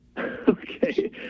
Okay